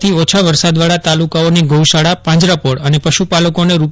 થી ઓછા વરસાદવાળા તાલુકાઓની ગૌશાળા પાંજરાપીળ અને પશુપાલકોને રૂ